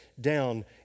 down